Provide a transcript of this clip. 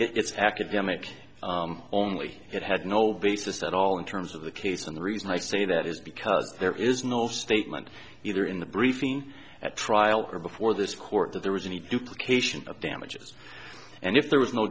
it's academic only it had no basis at all in terms of the case and the reason i say that is because there is no statement either in the briefing at trial or before this court that there was any duplication of damages and if there was no